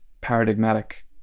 paradigmatic